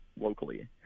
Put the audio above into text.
locally